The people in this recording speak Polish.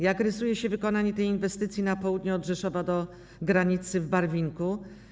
Jak rysuje się wykonanie tej inwestycji na południe od Rzeszowa do granicy w Barwinku?